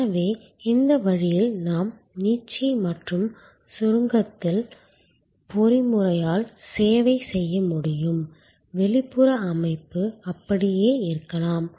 எனவே இந்த வழியில் நாம் நீட்சி மற்றும் சுருங்குதல் பொறிமுறையால் சேவை செய்ய முடியும் வெளிப்புற அமைப்பு அப்படியே இருக்கலாம்